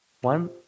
one